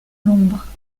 l’ombre